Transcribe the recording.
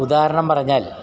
ഉദാഹരണം പറഞ്ഞാൽ